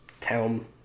town